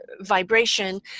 vibration